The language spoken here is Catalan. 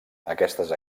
aquestes